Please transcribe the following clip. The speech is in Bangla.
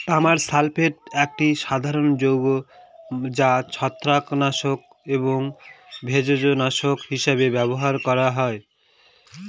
তামার সালফেট একটি সাধারণ যৌগ যা ছত্রাকনাশক এবং ভেষজনাশক হিসাবে ব্যবহার করা হয়